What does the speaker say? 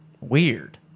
weird